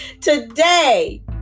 Today